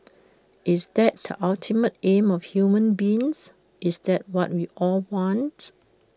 is that the ultimate aim of human beings is that what we all want